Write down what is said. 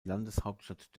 landeshauptstadt